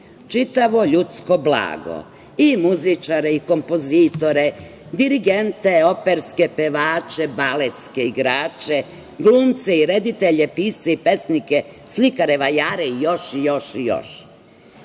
čitavo ljudsko blago, i muzičare i kompozitore, dirigente, operske pevače, baletske igrače, glumce i reditelje, pisce i pesnike, slikare, vajare i još, još i još. Kada